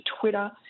Twitter